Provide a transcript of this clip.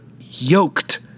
yoked